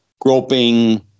groping